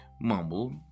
mumbled